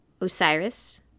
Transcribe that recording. Osiris